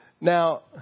Now